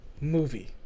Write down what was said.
movie